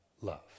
love